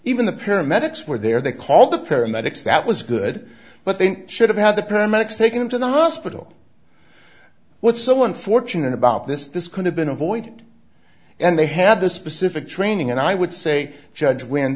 even the paramedics were there they called the paramedics that was good but they should have had the paramedics take him to the hospital what's so unfortunate about this this could have been avoided and they have the specific training and i would say judge when